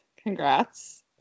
Congrats